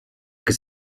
que